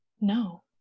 No